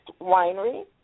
Winery